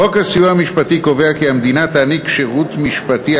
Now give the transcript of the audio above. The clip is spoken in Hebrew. חוק הסיוע המשפטי קובע כי המדינה תעניק שירות משפטי,